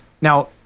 Now